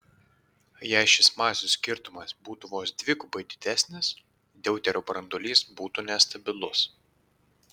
jei šis masių skirtumas būtų vos dvigubai didesnis deuterio branduolys būtų nestabilus